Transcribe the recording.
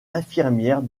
infirmière